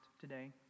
today